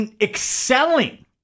excelling